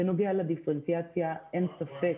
בנוגע לדיפרנציאציה, אין ספק